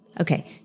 Okay